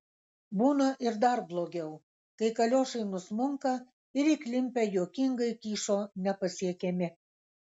būna ir dar blogiau kai kaliošai nusmunka ir įklimpę juokingai kyšo nepasiekiami